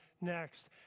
next